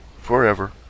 forever